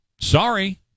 Sorry